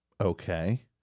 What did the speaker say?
Okay